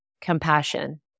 compassion